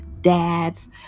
dads